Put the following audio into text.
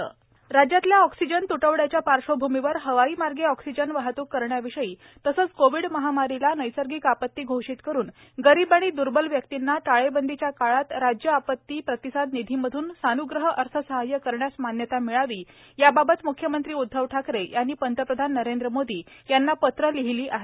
मुख्यमंत्री पंतप्रधान पत्र राज्यातल्या ऑक्सीजन तुटवड्याच्या पार्श्वभूमीवर हवाईमार्गे ऑक्सीजन वाहतूक करण्याविषयी तसेच कोविड महामारीला नैसर्गिक आपती घोषित करून गरीब आणि दुर्बल व्यक्तींना टाळेबंदीच्या काळात राज्य आपती प्रतिसाद निधीमधून सान्ग्रह अर्थसहाय करण्यास मान्यता मिळावी याबाबत म्ख्यमंत्री उद्धव ठाकरे यांनी पंतप्रधान नरेंद्र मोदी यांना पत्रं लिहिली आहेत